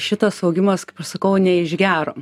šitas augimas kaip aš sakau ne iš gero